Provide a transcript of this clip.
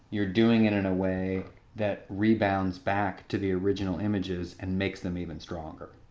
you're doing it in a way that rebounds back to the original images and makes them even stronger